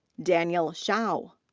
daniel shao.